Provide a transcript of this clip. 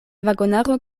vagonaro